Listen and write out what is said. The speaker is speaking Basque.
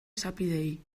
esapideei